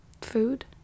food